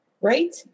Right